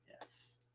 Yes